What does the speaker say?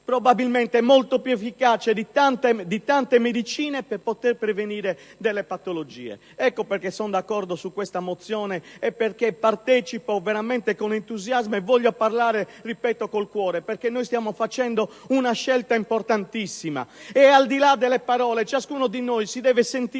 probabilmente è molto più efficace di tante medicine per prevenire le patologie. Ecco perché sono d'accordo con questa mozione e perché partecipo veramente con entusiasmo e parlo, lo ripeto, con il cuore. Stiamo facendo una scelta importantissima e, al di là delle parole, ciascuno di noi si deve sentire